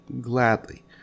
gladly